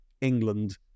England